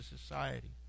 society